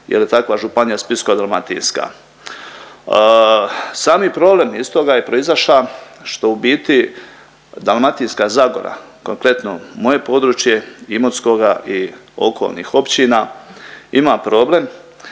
jer je takva županija Splitsko-dalmatinska. Sami problem iz toga je proizaša što u biti Dalmatinska zagora kompletno moje područje Imotskoga i okolnih općina ima problem